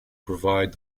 provide